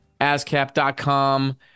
ASCAP.com